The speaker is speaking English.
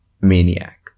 maniac